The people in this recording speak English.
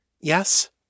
Yes